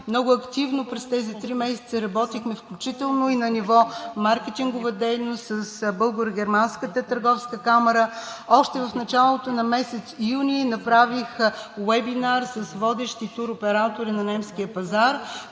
много активно през тези три месеца работихме, включително и на ниво маркетингова дейност, с Българо-германската търговска камара. Още в началото на месец юни направих уебинар с водещи туроператори на немския пазар,